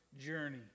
journey